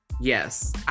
Yes